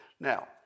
Now